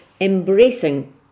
embracing